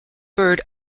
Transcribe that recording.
bird